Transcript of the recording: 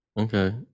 okay